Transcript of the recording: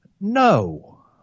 No